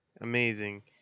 Amazing